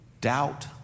Doubt